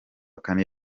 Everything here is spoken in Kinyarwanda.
kane